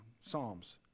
Psalms